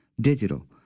digital